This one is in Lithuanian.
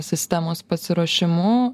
sistemos pasiruošimu